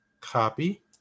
copy